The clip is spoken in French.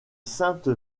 sainte